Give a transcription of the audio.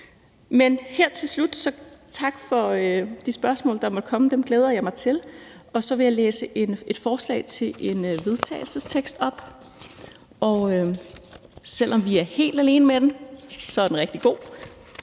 Her til slut vil jeg sige tak for de spørgsmål, der måtte komme, dem glæder jeg mig til, og så vil jeg læse et forslag til vedtagelse op. Selv om vi er helt alene med det, er det rigtig godt,